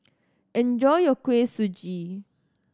enjoy your Kuih Suji